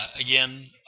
Again